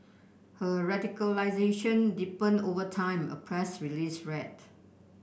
her radicalisation deepened over time a press release read